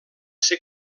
ser